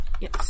Yes